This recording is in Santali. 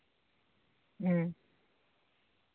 ᱦᱮᱸ